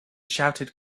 shouted